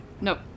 Nope